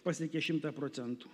pasiekė šimtą procentų